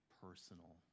personal